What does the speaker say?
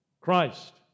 Christ